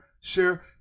share